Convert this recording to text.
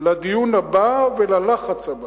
לדיון הבא וללחץ הבא.